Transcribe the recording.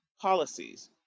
policies